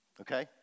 Okay